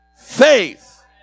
faith